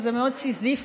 וזה מאוד סיזיפי,